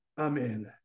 Amen